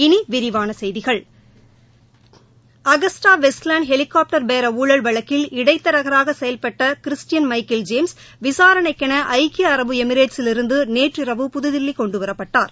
இனி விரிவான செய்திகள் அகஸ்டா வெஸ்ட் லேண்ட் ஹெலிகாப்டர் பேர ஊழல் வழக்கில் இடைத்தரகராக செயல்பட்ட கிறிஸ்டியன் மைக்கேல் ஜேம்ஸ் விசாரணைக்கென ஐக்கிய அரபு எமிரேட்ஸிலிருந்து நேற்றிரவு புதுதில்லி கொண்டுவரப்பட்டார்